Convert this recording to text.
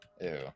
Ew